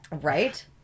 Right